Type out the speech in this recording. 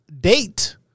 date